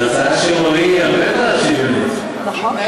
אני לא עסקתי בהעדפה לפי אזור.